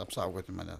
apsaugoti mane